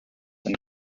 and